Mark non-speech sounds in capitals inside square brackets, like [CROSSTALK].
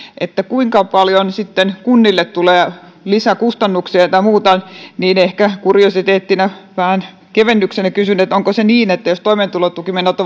kuinka paljon sitten kunnille tulee lisäkustannuksia tai muuta ehkä kuriositeettinä vähän kevennyksenä kysyn että onko se niin että jos toimeentulotukimenot [UNINTELLIGIBLE]